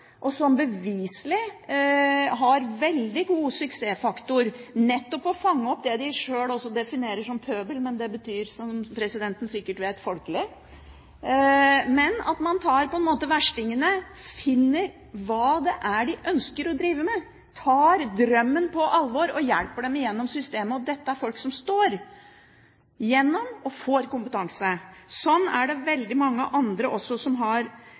som beviselig er en veldig god suksessfaktor for nettopp å fange opp det de sjøl også definerer som pøbel – men det betyr, som presidenten sikkert vet, folkelig – man tar på en måte verstingene, finner ut hva det er de ønsker å drive med, tar drømmen på alvor og hjelper dem gjennom systemet. Og dette er folk som står gjennom og får kompetanse. Sånne ting er det veldig mange andre også som har